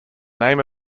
name